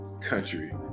country